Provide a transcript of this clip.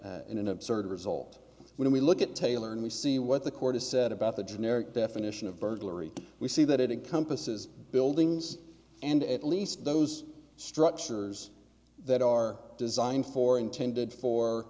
result in an absurd result when we look at taylor and we see what the court has said about the generic definition of burglary we see that it encompasses buildings and at least those structures that are designed for intended for